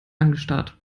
angestarrt